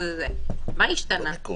מה השתנה?